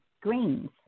greens